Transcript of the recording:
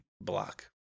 block